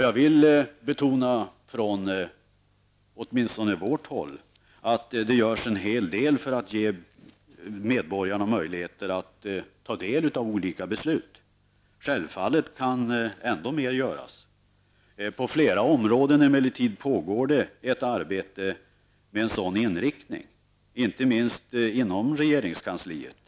Jag vill betona att det, åtminstone från vårt håll, görs en hel del när det gäller att ge medborgarna möjligheter att ta del av olika beslut. Men självfallet kan ännu mera göras. På flera områden pågår det också ett arbete med en sådan inriktning, inte minst inom regeringskansliet.